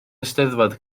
eisteddfod